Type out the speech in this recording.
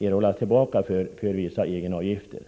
erhållas tillbaka för vissa egenavgifter.